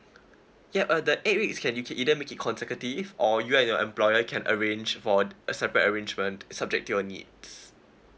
yup uh the eight weeks you can you can either make it consecutive or you and your employer can arrange for t~ a separate arrangement subject your needs